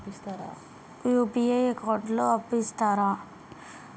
UPI account లో అప్పు ఇస్తరా?